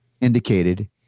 indicated